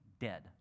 dead